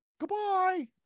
Goodbye